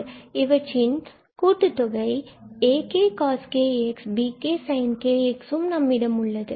பின்பு இவற்றின் ak cos kx bk sin kx கூட்டுத்தொகை ஆனது உள்ளது